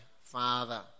Father